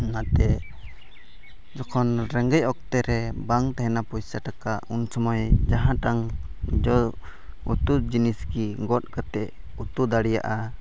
ᱚᱱᱟᱛᱮ ᱡᱚᱠᱷᱚᱱ ᱨᱮᱸᱜᱮᱡ ᱚᱠᱛᱮ ᱨᱮ ᱵᱟᱝ ᱛᱟᱦᱮᱱᱟ ᱯᱚᱭᱥᱟ ᱴᱟᱠᱟ ᱩᱱ ᱥᱚᱢᱚᱭ ᱡᱟᱦᱟᱸ ᱴᱟᱝ ᱡᱚ ᱩᱛᱩ ᱡᱤᱱᱤᱥ ᱜᱮ ᱜᱚᱫ ᱠᱟᱛᱮᱫ ᱩᱛᱩ ᱫᱟᱲᱮᱭᱟᱜᱼᱟ